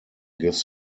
gives